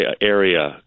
area